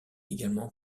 également